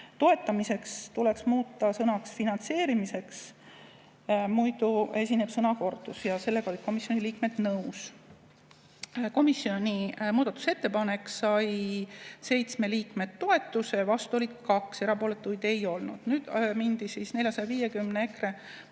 "toetamiseks" tuleks muuta sõnaks "finantseerimiseks", muidu esineb sõnakordus. Sellega olid komisjoni liikmed nõus. Komisjoni muudatusettepanek sai 7 liikme toetuse, vastu oli 2, erapooletuid ei olnud. Nüüd mindi EKRE 450